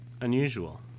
unusual